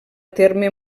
terme